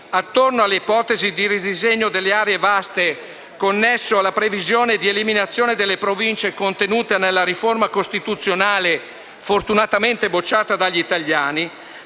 attorno alle ipotesi di ridisegno delle aree vaste connesso alla previsione di eliminazione delle Province contenuta nella riforma costituzionale, fortunatamente bocciata dagli italiani,